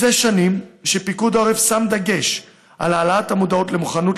זה שנים שפיקוד העורף שם דגש על העלאת המודעות למוכנות